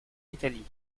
italie